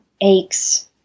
aches